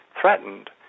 threatened